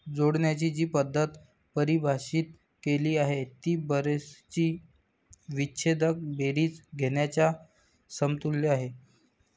जोडण्याची जी पद्धत परिभाषित केली आहे ती बेरजेची विच्छेदक बेरीज घेण्याच्या समतुल्य आहे